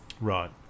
Right